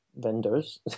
vendors